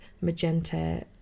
magenta